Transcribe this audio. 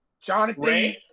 Jonathan